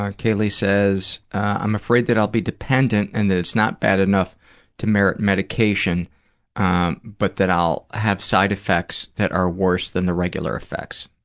kaylee says, i'm afraid that i'll be dependent and that it's not bad enough to merit medication ah but that i'll have side effects that are worse than the regular effects.